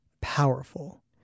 powerful